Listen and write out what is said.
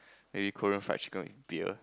maybe Korean fried chicken with beer